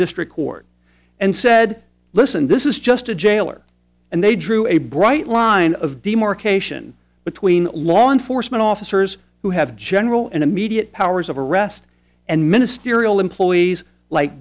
district court and said listen this is just a jailer and they drew a bright line of demarcation between law enforcement officers who have general and immediate powers of arrest and ministerial employees like